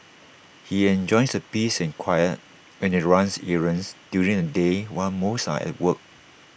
he enjoys the peace and quiet when he runs errands during the day while most are at work